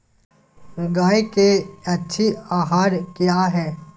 गाय के अच्छी आहार किया है?